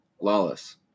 Lawless